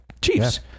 Chiefs